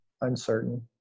uncertain